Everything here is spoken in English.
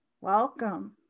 Welcome